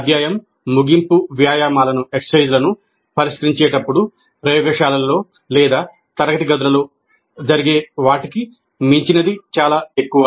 అధ్యాయం ముగింపు వ్యాయామాలను పరిష్కరించేటప్పుడు ప్రయోగశాలలలో లేదా తరగతి గదులలో జరిగే వాటికి మించినది చాలా ఎక్కువ